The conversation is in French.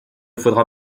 faudra